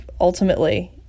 ultimately